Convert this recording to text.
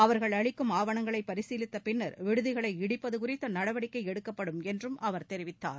அவர்கள் அளிக்கும் ஆவணங்களை பரிசீலித்த பின்னர் விடுதிகளை இடிப்பது குறித்த நடவடிக்கை எடுக்கப்படும் என்றும் அவர் தெரிவித்தார்